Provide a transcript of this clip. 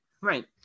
Right